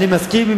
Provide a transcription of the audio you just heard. אני מסכים אתך,